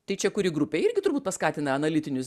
tai čia kuri grupė irgi turbūt paskatina analitinius